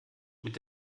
mit